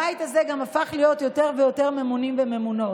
הבית הזה גם הפך להיות עם יותר ויותר ממונים וממונות